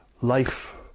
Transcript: life